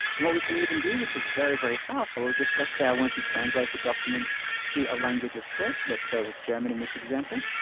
and what we can even do which is very, very powerful is if let's say i want to translate the document to a language of choice, let's go with german in this example.